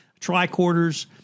tricorders